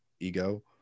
ego